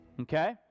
Okay